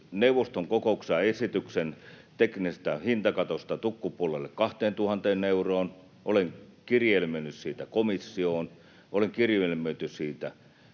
neuvoston kokouksessa esityksen teknisestä hintakatosta tukkupuolelle 2 000 euroon, olen kirjelmöinyt siitä komissioon, olen kirjelmöinyt siitä